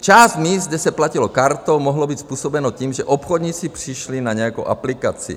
Část míst, kde se platilo kartou, mohlo být způsobeno tím, že obchodníci přišli na nějakou aplikaci.